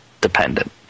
dependent